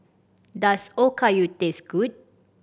does Okayu taste good